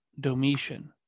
Domitian